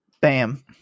Bam